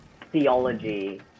theology